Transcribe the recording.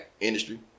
industry